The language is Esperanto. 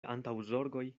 antaŭzorgoj